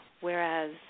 Whereas